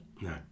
No